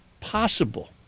possible